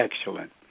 Excellent